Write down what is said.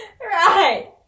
Right